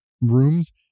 rooms